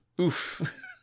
oof